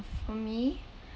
for me